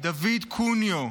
דוד קוניו,